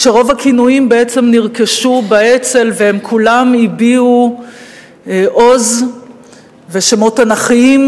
כשרוב הכינויים בעצם נרכשו באצ"ל והם כולם הביעו עוז ושמות תנ"כיים.